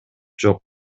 жок